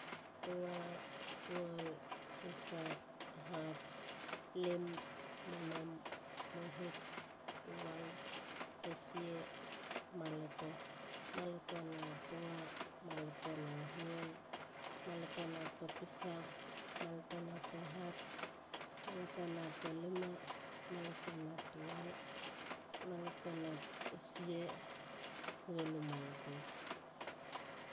Tua. huol. pisa. hats. lim,. monom. mohit. tual. tosie. maloto. maloto na tua. maloto na huol. maloto na topisa. maloto na tohats. maloto na tolima. maloto na tual. maloto na tosie. huol u maloto.